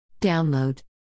Download